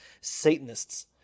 Satanists